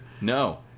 No